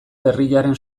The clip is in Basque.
berriaren